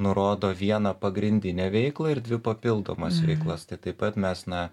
nurodo vieną pagrindinę veiklą ir dvi papildomas veiklas tai taip pat mes na